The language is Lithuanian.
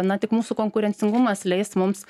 na tik mūsų konkurencingumas leis mums